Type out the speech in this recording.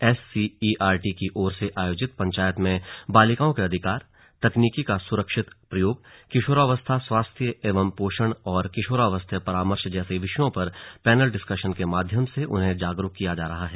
SCERT की ओर से आयोजित पंचायत में बालिकाओं के अधिकार तकनीकी का सुरक्षित प्रयोग किशोरावस्था स्वास्थ्य एवं पोषण और किशोरावस्था परामर्श जैसे विषयों पर पैनल डिस्कशन के माध्यम से उन्हें जागरूक किया जा रहा है